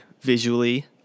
visually